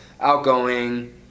outgoing